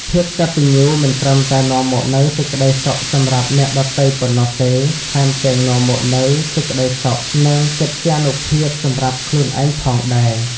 ភាពកត្តញ្ញូមិនត្រឹមតែនាំមកនូវសេចក្តីសុខសម្រាប់អ្នកដទៃប៉ុណ្ណោះទេ ថែមទាំងនាំមកនូវសេចក្តីសុខ និងកិត្យានុភាពសម្រាប់ខ្លួនឯងផងដែរ។